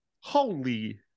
Holy